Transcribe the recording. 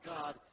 God